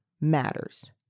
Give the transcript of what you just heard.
matters